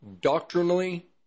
doctrinally